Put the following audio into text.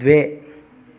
द्वे